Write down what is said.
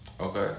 Okay